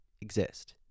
exist